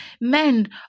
men